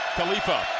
Khalifa